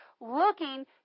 looking